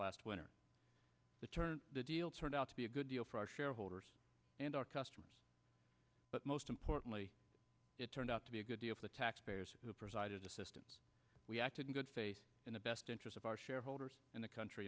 last winter the turn the deal turned out to be a good deal for our shareholders and our customers but most importantly it turned out to be a good deal for the taxpayers who presided assistance we acted in good faith in the best interest of our shareholders and the country